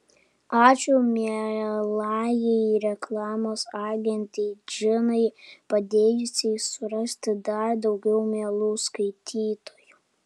ačiū mielajai reklamos agentei džinai padėjusiai surasti dar daugiau mielų skaitytojų